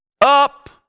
up